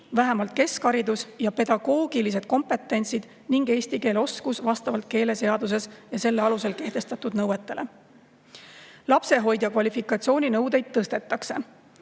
vähemalt keskharidus ja pedagoogilised kompetentsid ning eesti keele oskus vastavalt keeleseaduses ja selle alusel kehtestatud nõuetele. Lapsehoidja kvalifikatsiooninõudeid tõstetakse.